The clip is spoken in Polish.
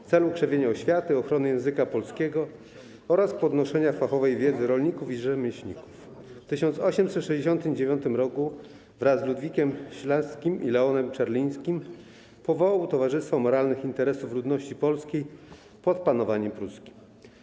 W celu krzewienia oświaty, ochrony języka polskiego oraz podnoszenia fachowej wiedzy rolników i rzemieślników w 1869 roku, wraz z Ludwikiem Ślaskim i Leonem Czarlińskim, powołał Towarzystwo Moralnych Interesów Ludności Polskiej pod Panowaniem Pruskim.